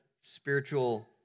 spiritual